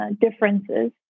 differences